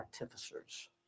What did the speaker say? artificers